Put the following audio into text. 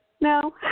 No